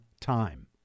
time